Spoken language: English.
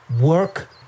work